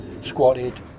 squatted